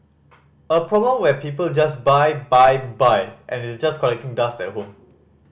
a problem where people just buy buy buy and it's just collecting dust at home